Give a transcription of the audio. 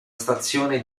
stazione